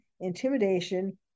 intimidation